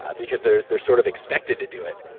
because they're they're sort of expected to do it.